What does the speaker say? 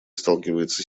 сталкивается